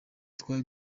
twari